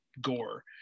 Gore